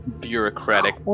Bureaucratic